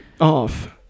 off